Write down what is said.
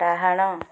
ଡାହାଣ